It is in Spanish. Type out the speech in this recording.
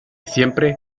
siempre